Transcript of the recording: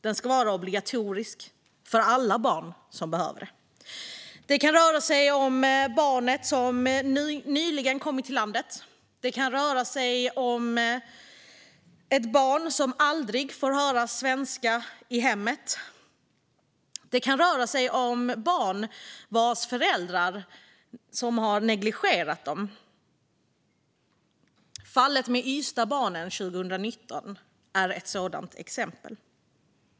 Den ska vara obligatorisk för alla barn som behöver den. Det kan röra sig om barn som nyligen kommit till landet. Det kan röra sig om barn som aldrig får höra svenska i hemmet. Det kan röra sig om barn vars föräldrar har negligerat dem. Fallet med Ystadsbarnen 2019 är ett sådant exempel.